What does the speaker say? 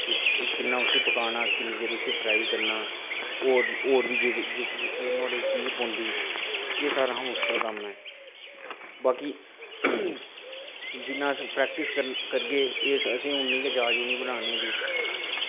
एह् किन्ना उसी पकाना ते किन्ना चिर उसी फ्राई करना होर बी जेह्के जेह्के नुहाड़े च चीज़ पौंदी एह् सारें कशा मुश्कल कम्म ऐ बाकी जिन्ना अस प्रैक्टिस करगे असेंगी उन्नी गै जाच औनी बनाने दी